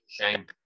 Shame